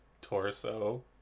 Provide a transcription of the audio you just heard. torso